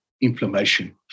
inflammation